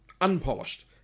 unpolished